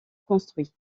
construit